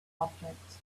objects